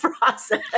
process